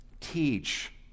teach